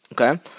okay